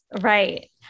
Right